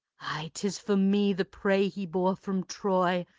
ay, tis for me, the prey he bore from troy,